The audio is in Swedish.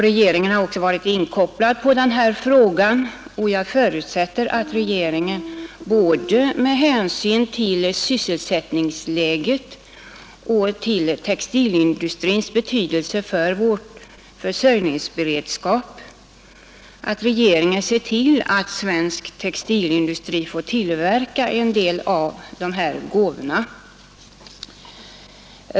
Regeringen har också varit Bangladesh inkopplad på den här frågan, och jag förutsätter att regeringen med hänsyn både till sysselsättningsläget och till textilindustrins betydelse för vår försörjningsberedskap ser till att svensk textilindustri får tillverka en del av de här gåvorna.